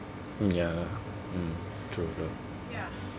ya mm true also